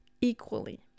equally